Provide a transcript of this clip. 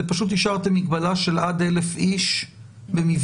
פשוט השארתם מגבלה של עד 1,000 איש במבנה.